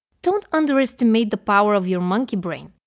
don't underestimate the power of your monkey brain.